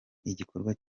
igikorwa